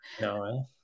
no